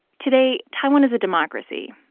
today taiwan is a democracy,